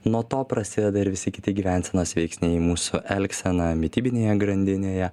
nuo to prasideda ir visi kiti gyvensenos veiksniai mūsų elgsena mitybinėje grandinėje